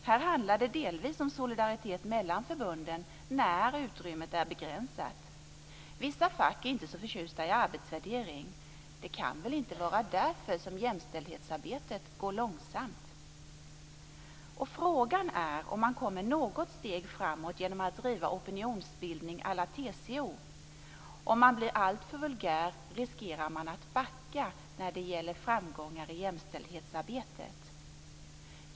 Här handlar det delvis om solidaritet mellan förbunden när utrymmet är begränsat. Vissa fack är inte så förtjusta i arbetsvärdering. Det kan väl inte vara därför som jämställdhetsarbetet går långsamt? Frågan är om man kommer något steg framåt genom att driva opinionsbildning à la TCO. Om man blir alltför vulgär riskerar man att backa när det gäller framgångar i jämställdhetsarbetet.